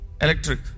electric